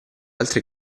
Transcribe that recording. altre